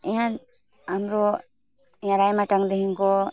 यहाँ हाम्रो यहाँ राइमटाङदेखिको